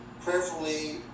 prayerfully